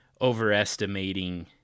overestimating